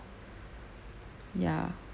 ya